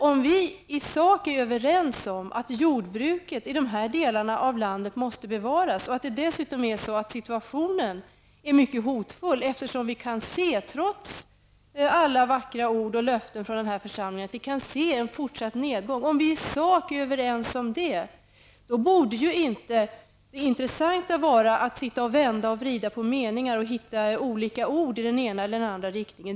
Om vi är överens i sak om att jordbruket i de här delarna av landet måste bevaras och att situationen dessutom är mycket hotfull, eftersom vi kan se en fortsatt nedgång trots alla vackra ord och löften från den här församlingen, borde det inte vara intressant att sitta och vända och vrida på meningar och hitta olika ord i den ena eller andra riktningen.